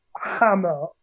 hammer